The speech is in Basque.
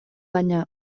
baina